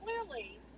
clearly